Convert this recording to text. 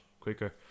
Quicker